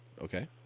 okay